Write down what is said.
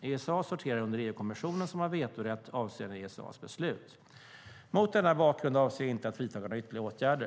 Esa sorterar under EU-kommissionen, som har vetorätt avseende Esas beslut. Mot denna bakgrund avser jag inte att vidta några ytterligare åtgärder.